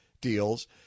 deals